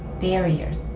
barriers